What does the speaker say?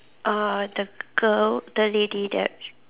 uh the girl the lady that